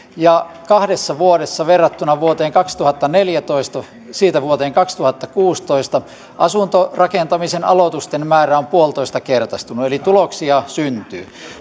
ja kahdessa vuodessa verrattuna vuoteen kaksituhattaneljätoista eli siitä vuoteen kaksituhattakuusitoista asuntorakentamisen aloitusten määrä on puolitoistakertaistunut eli tuloksia syntyy